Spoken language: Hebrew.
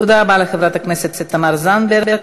תודה רבה לחברת הכנסת תמר זנדברג.